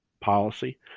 policy